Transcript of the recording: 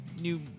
new